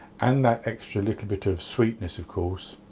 and that extra little bit of sweetness of course.